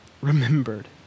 remembered